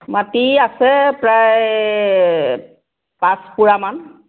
মাটি আছে প্ৰায় পাঁচ পুৰামন